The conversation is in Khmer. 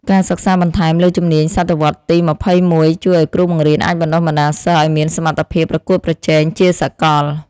ការសិក្សាបន្ថែមលើជំនាញសតវត្សទីម្ភៃមួយជួយឱ្យគ្រូបង្រៀនអាចបណ្តុះបណ្តាលសិស្សឱ្យមានសមត្ថភាពប្រកួតប្រជែងជាសកល។